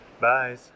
Bye